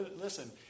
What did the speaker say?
Listen